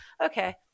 Okay